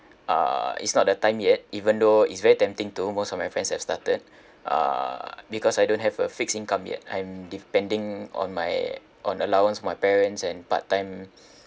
uh is not the time yet even though it's very tempting to most of my friends have started uh because I don't have a fixed income yet I'm depending on my on allowance from my parents and part-time